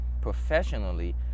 professionally